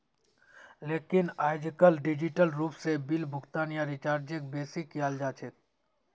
लेकिन आयेजकल डिजिटल रूप से बिल भुगतान या रीचार्जक बेसि कियाल जा छे